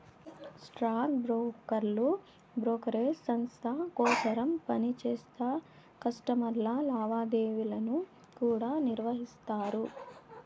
stock బ్రోకర్లు brokerage సంస్త కోసరం పనిచేస్తా కస్టమర్ల లావాదేవీలను కూడా నిర్వహిస్తారు